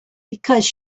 because